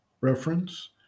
Reference